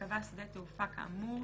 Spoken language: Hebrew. ייקבע שדה תעופה כאמור,